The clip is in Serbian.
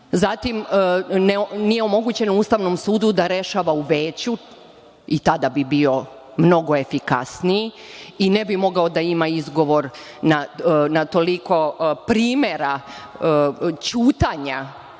nije omogućeno Ustavnom sudu da rešava u veću i tada bi bio mnogo efikasniji i ne bi mogao da ima izgovor na toliko primera ćutanja